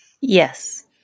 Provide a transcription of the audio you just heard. Yes